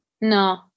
no